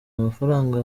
amafaranga